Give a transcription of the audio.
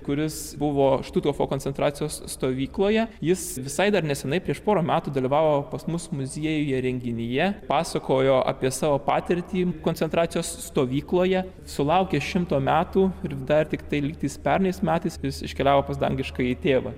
kuris buvo štuthofo koncentracijos stovykloje jis visai dar nesenai prieš porą metų dalyvavo pas mus muziejuje renginyje pasakojo apie savo patirtį koncentracijos stovykloje sulaukė šimto metų ir dar tiktai lygtais pernai metais jis iškeliavo pas dangiškąjį tėvą